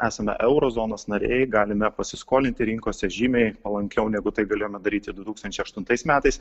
esame euro zonos nariai galime pasiskolinti rinkose žymiai palankiau negu tai galėjome daryti du tūkstančiai aštuntais metais